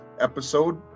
episode